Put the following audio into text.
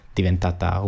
diventata